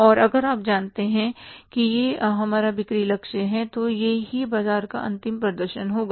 और अगर आप जानते हैं कि यह हमारा बिक्री लक्ष्य है तो यह ही बाजार का अंतिम प्रदर्शन होगा